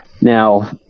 Now